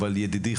אבל ידידי,